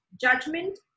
judgment